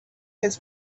his